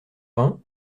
vingt